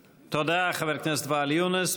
תודה, חבר הכנסת ואאל יונס.